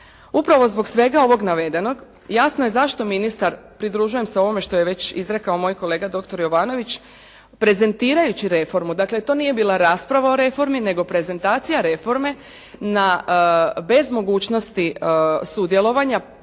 Upravo zbog svega ovoga navedenog, jasno je zašto ministar, pridružujem se ovome što je već izrekao moj kolega dr. Jovanović, prezentirajući reformu, dakle, to nije bila rasprava o reformi, nego prezentacija reforme na bez mogućnosti sudjelovanja,